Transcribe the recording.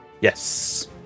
Yes